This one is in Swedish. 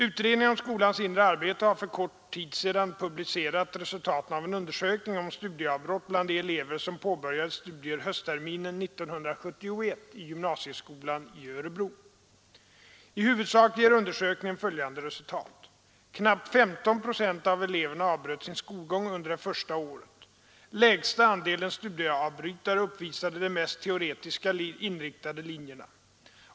Utredningen om skolans inre arbete har för kort tid sedan publicerat resultaten av en undersökning om studieavbrott bland de elever som påbörjade studier höstterminen 1971 i gymnasieskolan i Örebro. I huvudsak ger undersökningen följande resultat. Knappt 15 procent av eleverna avbröt sin skolgång under det första året. Lägsta andelen studieavbrytare uppvisade de mest teoretiskt inriktade linjerna.